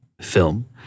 film